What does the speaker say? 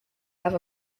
have